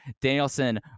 Danielson